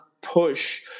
push